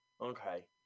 Okay